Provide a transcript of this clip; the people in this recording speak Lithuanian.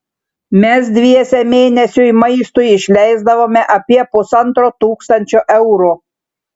mes dviese mėnesiui maistui išleisdavome apie pusantro tūkstančio eurų